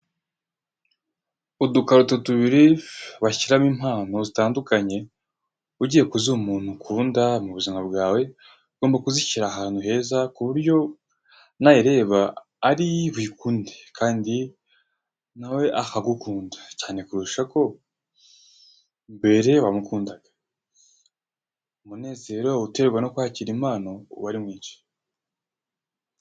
Udukarito tubiri bshyiramo impano zitandukanye ugiye kuziha umuntu ukunda mu buzima bwawe, ugomba kuzishyira hantu heza ku buryo nayireba ari buyikunde kandi nawe akagukunda cyane kurusha uko mbere mwakundanaga. Umunezero uterwa no kwakira impano uba ari mwinshi.